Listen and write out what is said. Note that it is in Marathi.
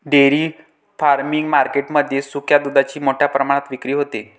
डेअरी फार्मिंग मार्केट मध्ये सुक्या दुधाची मोठ्या प्रमाणात विक्री होते